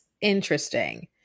interesting